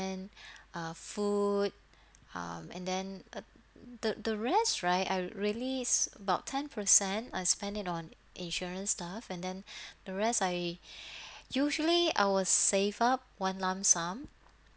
uh food um and then uh the the rest right I release about ten percent I spend it on insurance stuff and then the rest I usually I will save up one lump sum